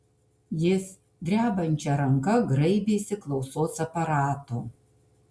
jis drebančia ranka graibėsi klausos aparato